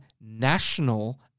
national